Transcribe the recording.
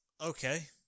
Okay